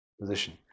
position